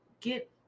get